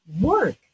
work